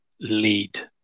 lead